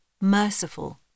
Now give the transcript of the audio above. merciful